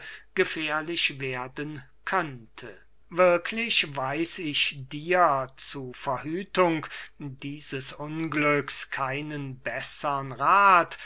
gefährlich werden könnte wirklich weiß ich dir zu verhütung dieses unglücks keinen bessern rath